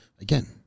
Again